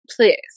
Please